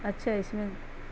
اچھا اس میں